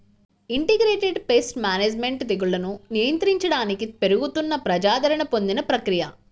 integrated pest management తెగుళ్లను నియంత్రించడానికి పెరుగుతున్న ప్రజాదరణ పొందిన ప్రక్రియ